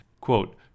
Quote